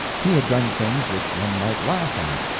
he had done things which one might laugh at,